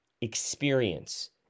experience